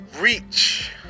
reach